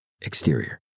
exterior